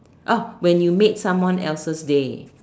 when you made someone else's day